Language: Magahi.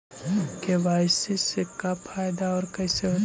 के.वाई.सी से का फायदा है और कैसे होतै?